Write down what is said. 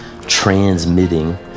transmitting